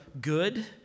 good